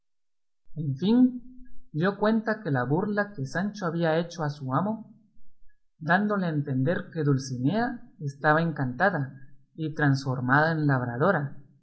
dio cuenta de la burla que sancho había hecho a su amo dándole a entender que dulcinea estaba encantada y transformada en labradora